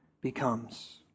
becomes